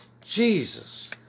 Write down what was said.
Jesus